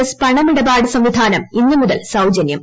S പണമിടപാട് സംവിധാനം ഇന്ന് മുതൽ സൌജനൃം